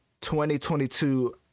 2022